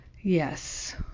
yes